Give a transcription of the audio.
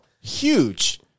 huge